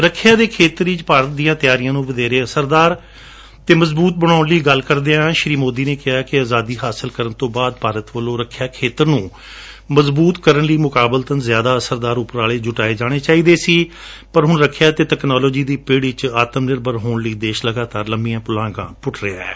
ਰੱਖਿਆ ਦੇ ਖੇਤਰ ਵਿਚ ਭਾਰਤ ਦੀਆਂ ਤਿਆਰੀਆਂ ਨੂੰ ਵਧੇਰੇ ਅਸਰਦਾਰ ਅਤੇ ਮਜਬੂਤ ਬਣਾਉਣ ਲਈ ਗੱਲ ਕਰਦਿਆਂ ਸ੍ਰੀ ਮੋਦੀ ਨੇ ਕਿਹਾ ਕਿ ਆਜਾਦੀ ਹਾਸਲ ਕਰਣ ਤੋਂ ਬਾਅਦ ਭਾਰਤ ਨੂੰ ਰੱਖਿਆ ਖੇਤਰ ਨੂੰ ਮਜਬੂਤ ਕਰਣ ਲਈ ਮੁਕਾਬਲਤਨ ਜਿਆਦਾ ਅਸਰਦਾਰ ਉਪਰਾਲੇ ਜੁਟਾਏ ਜਾਣੇ ਚਾਹੀਦੇ ਸੀ ਪਰ ਹੁਣ ਰੱਖਿਆ ਅਤੇ ਤਕਨਾਲੋਜੀ ਦੀ ਪਿੜ ਵਿਚ ਆਤਮ ਨਿਰਭਰ ਹੋਣ ਲਈ ਦੇਸ਼ ਲਗਾਤਾਰ ਲੰਮੀਆਂ ਪੁਲਾਂਘਾ ਪੁੱਟ ਰਿਹੈ